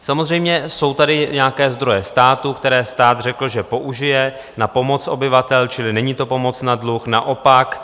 Samozřejmě jsou tady nějaké zdroje státu, které stát řekl, že použije na pomoc obyvatelům, čili není to pomoc na dluh, naopak.